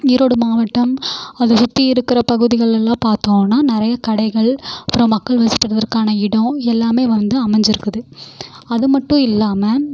ஈரோடு மாவட்டம் அதை சுற்றி இருக்கிற பகுதிகள் எல்லாம் பார்த்தோன்னா நிறைய கடைகள் அப்புறம் மக்கள் வசிட்டு இருக்கிறதுக்கான இடம் எல்லாமே வந்து அமைஞ்சிருக்குது அது மட்டும் இல்லாமல்